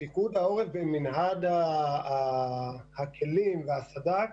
לפיקוד העורף במנעד הכלים והסד"כ